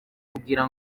kugira